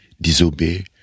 disobey